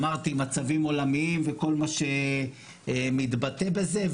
אמרתי, מצבים עולמיים וכל מה שמתבטא בזה.